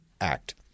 act